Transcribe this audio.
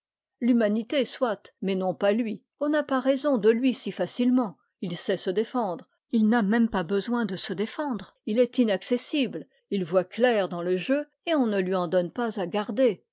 l'humanité soit mais non pas lui on n'a pas raison de lui si facilement il sait se défendre il n'a même pas besoin de se défendre il est inaccessible il voit clair dans le jeu et on ne lui en donne pas à garder